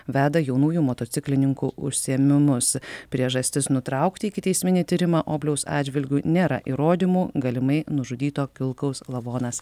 veda jaunųjų motociklininkų užsiėmimus priežastis nutraukti ikiteisminį tyrimą obliaus atžvilgiu nėra įrodymų galimai nužudyto kilkaus lavonas